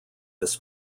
this